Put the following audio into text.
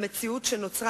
למציאות שנוצרה.